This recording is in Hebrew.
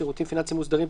שירותים פיננסיים מוסדרים,